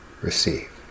Receive